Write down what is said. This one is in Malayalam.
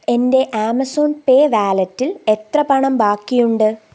എൻ്റെ ആമസോൺ പേ വാലെറ്റിൽ എത്ര പണം ബാക്കിയുണ്ട്